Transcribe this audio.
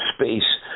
space